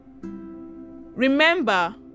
Remember